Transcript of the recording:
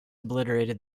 obliterated